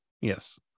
yes